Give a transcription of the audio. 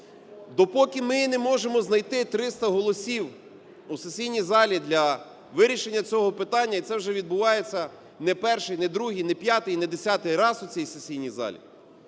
Допоки ми не можемо знайти 300 голосів у сесійні залі для вирішення цього питання. І це вже відбувається не перший, не другий, не п'ятий і не десятий раз у цій сесійні залі.